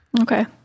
Okay